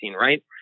right